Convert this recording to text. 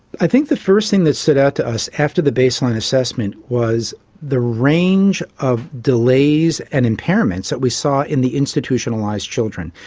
i think the first thing that stood out to us after the baseline assessment was the range of the delays and impairments that we saw in the institutionalised children.